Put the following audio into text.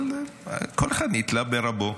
אבל כל אחד נתלה ברבו.